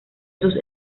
sus